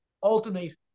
alternate